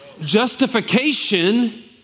Justification